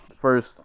first